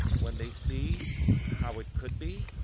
when they see how it could be,